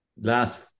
Last